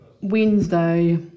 Wednesday